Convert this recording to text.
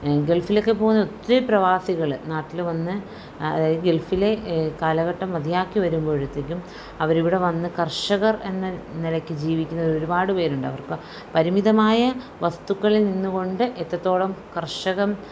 ഗൾഫിലൊക്കെ പോകുന്ന ഒത്തിരി പ്രവാസികൾ നാട്ടിൽ വന്ന് അതായത് ഗൾഫിലെ കാലഘട്ടം മതിയാക്കി വരുമ്പോഴത്തേക്കും അവർ ഇവിടെ വന്ന് കർഷകർ എന്ന നിലക്ക് ജീവിക്കുന്ന ഒരുപാട് പേരുണ്ട് അവർക്ക് പരിമിതമായ വസ്തുക്കളിൽ നിന്ന്കൊണ്ട് എത്രത്തോളം കർഷകർ